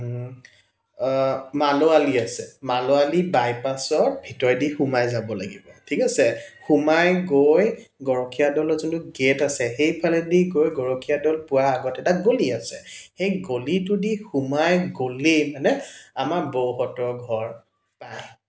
মালৌ আলি আছে মালৌ আলি বাইপাছৰ ভিতৰেদি সোমাই যাব লাগিব ঠিক আছে সোমাই গৈ গৰখীয়া দ'লত যোনটো গে'ট আছে সেইফালেদি গৈ গৰখীয়া দ'ল পোৱা আগত এটা গলি আছে সেই গলিটোদি সোমাই গ'লেই মানে আমাৰ বৌহঁতৰ ঘৰ পায়